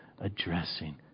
addressing